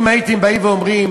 אם הייתם באים ואומרים: